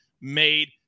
made